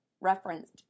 referenced